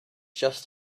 just